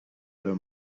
her